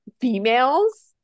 females